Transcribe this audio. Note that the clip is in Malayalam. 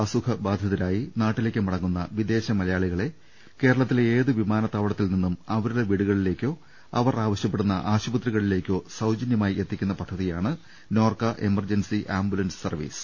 അസുഖബാധിതരായി നാട്ടിലേക്ക് മടങ്ങുന്ന വിദേശമലയാളികളെ കേരളത്തിലെ ഏത് വിമാനത്താവളത്തിൽ നിന്നും അവരുടെ വീട്ടിലേക്കോ അവർ ആവശ്യപ്പെടുന്ന ആശുപത്രിയിലേക്കോ സൌജന്യമായി എത്തിക്കുന്ന പദ്ധതിയാണ് നോർക്ക എമർജൻസി ആംബുലൻസ് സർവീസ്